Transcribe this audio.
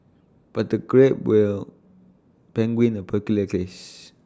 but the grape will penguin A peculiar case